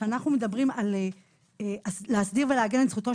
כשאנחנו אומרים "להסדיר ולעגן את זכויותיו